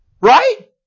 Right